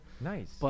Nice